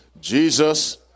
jesus